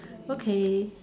okay